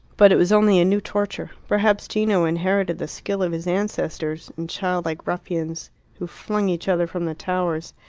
but it was only a new torture perhaps gino inherited the skill of his ancestors and childlike ruffians who flung each other from the towers.